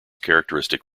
characteristic